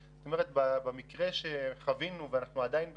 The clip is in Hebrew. זאת אומרת במקרה שחווינו ואנחנו עדיין בתוכו,